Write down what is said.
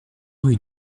rue